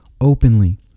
openly